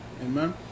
Amen